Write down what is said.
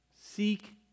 Seek